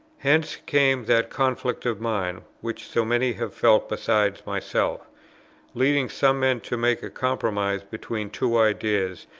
hence came that conflict of mind, which so many have felt besides myself leading some men to make a compromise between two ideas,